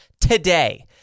today